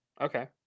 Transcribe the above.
Okay